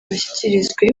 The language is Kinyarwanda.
bashyikirizwe